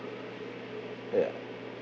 ya